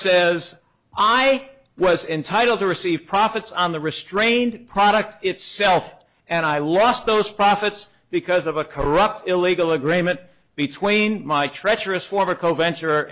says i was entitled to receive profits on the restraint product itself and i lost those profits because of a corrupt illegal agreement between my treacherous former co ben